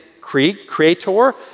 creator